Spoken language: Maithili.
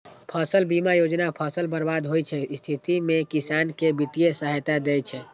फसल बीमा योजना फसल बर्बाद होइ के स्थिति मे किसान कें वित्तीय सहायता दै छै